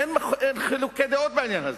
אין חילוקי דעות בעניין הזה.